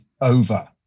over